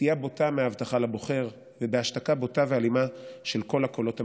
בסטייה בוטה מההבטחה לבוחר ובהשתקה בוטה ואלימה של כל הקולות המתנגדים.